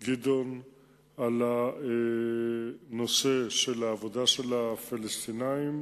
גדעון בנושא של העבודה של הפלסטינים,